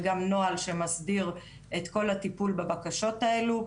וגם נוהל שמסביר את הטיפול בבקשות האלו.